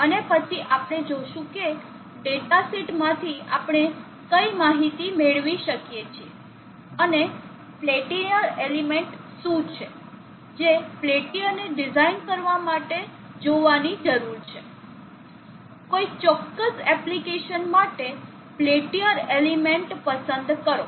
અને પછી આપણે જોશું કે ડેટાશીટમાંથી આપણે કઈ માહિતી મેળવી શકીએ છીએ અને પેલ્ટીઅર શું છે જે પેલ્ટીઅરને ડિઝાઇન કરવા માટે જોવાની જરૂર છે કોઈ ચોક્કસ એપ્લિકેશન માટે પેલ્ટીઅર એલિમેન્ટ પસંદ કરો